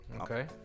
Okay